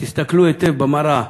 תסתכלו היטב במראה,